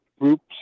groups